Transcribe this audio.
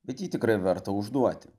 bet jį tikrai verta užduoti